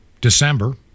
December